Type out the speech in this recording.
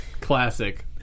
classic